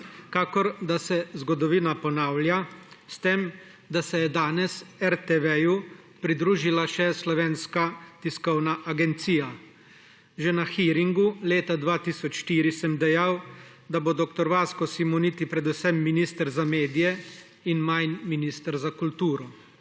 Kakor da se zgodovina ponavlja, s tem da se je danes RTV pridružila še Slovenska tiskovna agencija. Že na hearingu leta 2004 sem dejal, da bo dr. Vasko Simoniti predvsem minister za medije in manj minister za kulturo.